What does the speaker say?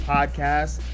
Podcast